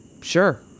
sure